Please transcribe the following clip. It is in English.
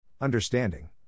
Understanding